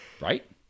right